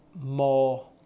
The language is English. more